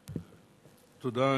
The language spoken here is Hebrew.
תודה.